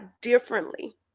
differently